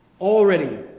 already